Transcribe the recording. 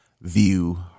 view